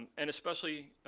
and especially